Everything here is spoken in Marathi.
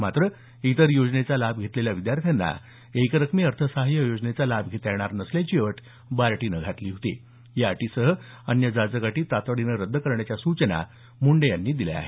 मात्र इतर योजनेचा लाभ घेतलेल्या विद्यार्थ्यांना एकरकमी अर्थसहाय्य योजनेचा लाभ घेता येणार नसल्याची अट बार्टीनं घातली होती या अटीसह अन्य जाचक अटी तातडीनं रद्द करण्याच्या सूचना मुंडे यांनी दिल्या आहेत